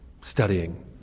studying